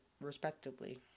respectively